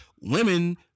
Women